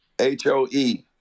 H-O-E